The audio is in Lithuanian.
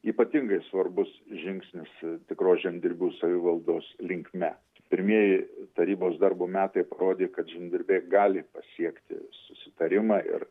ypatingai svarbus žingsnis tikros žemdirbių savivaldos linkme pirmieji tarybos darbo metai parodė kad žemdirbiai gali pasiekti susitarimą ir